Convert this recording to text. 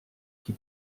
qui